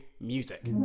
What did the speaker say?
music